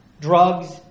Drugs